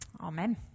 Amen